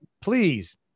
Please